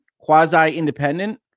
quasi-independent